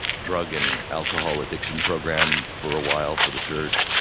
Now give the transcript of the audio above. drug and alcohol addiction program for awhile for the church,